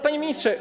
Panie Ministrze!